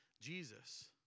Jesus